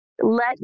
let